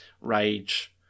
rage